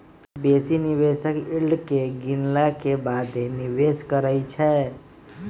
बेशी निवेशक यील्ड के गिनला के बादे निवेश करइ छै